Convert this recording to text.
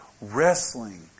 wrestling